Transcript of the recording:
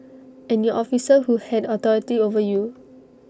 and your officer who had authority over you